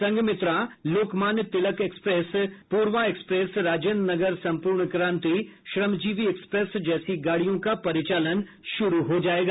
Sanghamitra Lokmanya Tilak Terminal Poorva Express Rajendra Nagar Sampoorna Kranti Shramjeevi Express जैसी गाड़ियों का परिचालन शुरू हो जायेगा